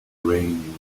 ringing